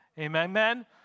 amen